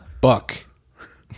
Buck